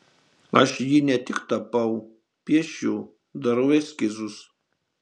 aš jį ne tik tapau piešiu darau eskizus